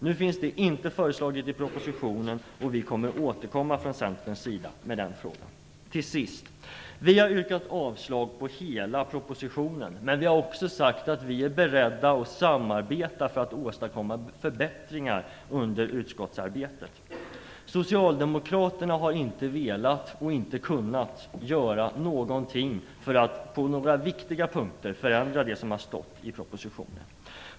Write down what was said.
Något sådant förslag finns inte i propositionen, och vi kommer från Centerpartiet att återkomma i den frågan. Till sist: Vi har yrkat avslag på hela propositionen, men vi har också sagt att vi är beredda att samarbeta för att åstadkomma förbättringar under utskottsarbetet. Socialdemokraterna har inte velat och inte kunnat göra någonting för att på några viktiga punkter förändra det som har anförts i propositionen.